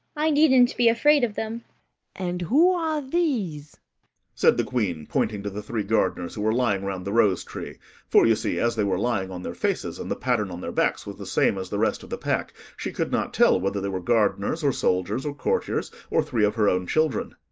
i needn't be afraid of them and who are these said the queen, pointing to the three gardeners who were lying round the rosetree for, you see, as they were lying on their faces, and the pattern on their backs was the same as the rest of the pack, she could not tell whether they were gardeners, or soldiers, or courtiers, or three of her own children.